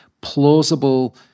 plausible